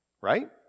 right